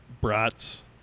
brats